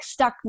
stuckness